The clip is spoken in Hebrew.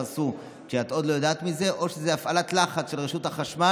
עשו כשאת עוד לא יודעת מזה או שזה הפעלת לחץ של רשות החשמל,